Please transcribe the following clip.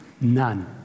None